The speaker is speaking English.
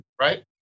right